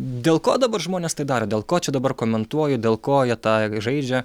dėl ko dabar žmonės tai daro dėl ko čia dabar komentuoju dėl ko jie tą žaidžia